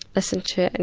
listen to it, and